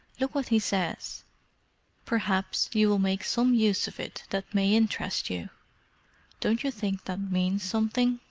look what he says perhaps you will make some use of it that may interest you don't you think that means something?